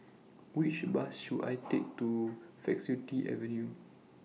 Which Bus should I Take to Faculty Avenue